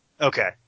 Okay